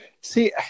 See